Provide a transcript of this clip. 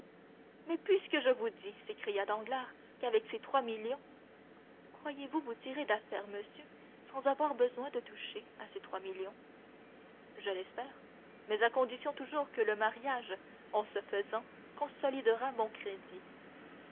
mais puisque je vous dis s'écria danglars qu'avec ces trois millions croyez-vous vous tirer d'affaire monsieur sans avoir besoin de toucher à ces trois millions je l'espère mais à condition toujours que le mariage en se faisant consolidera mon crédit